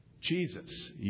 Jesus